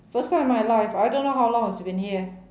first time in my life I don't know how long it's been here